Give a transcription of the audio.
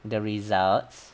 the results